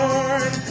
Lord